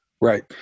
Right